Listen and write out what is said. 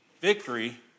victory